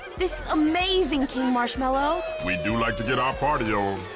this is amazing, king marshmallow. we do like to get our party on.